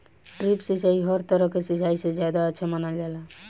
drip सिंचाई हर तरह के सिचाई से ज्यादा अच्छा मानल जाला